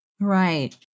Right